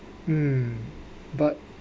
um but